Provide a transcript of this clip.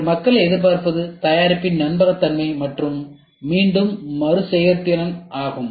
இன்று மக்கள் எதிர்பார்ப்பது தயாரிப்பின் நம்பகத்தன்மை மற்றும் மீண்டும் மறுசெயற்திறன் ஆகும்